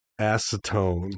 acetone